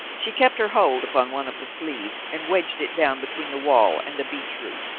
she kept her hold upon one of the sleeves, and wedged it down between the wall and the beech root,